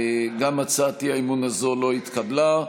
גם הצעת האי-אמון הזו לא התקבלה.